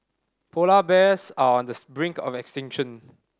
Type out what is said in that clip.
polar bears are on the brink of extinction